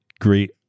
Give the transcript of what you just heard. great